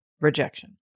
rejection